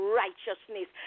righteousness